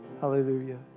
Hallelujah